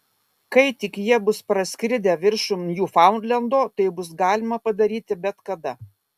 kai tik jie bus praskridę viršum niufaundlendo tai bus galima padaryti bet kada